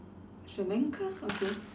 it's an anchor okay